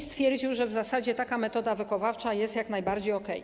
Stwierdził, że w zasadzie taka metoda wychowawcza jest jak najbardziej okej.